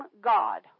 God